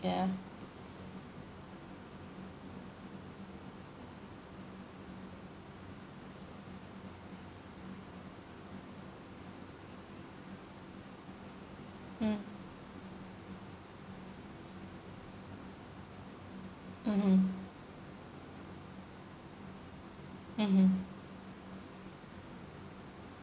ya mm mmhmm mmhmm